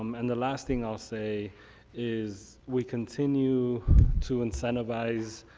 um and the last thing i'll say is we continue to incentivize